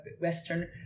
Western